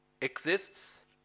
exists